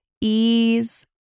ease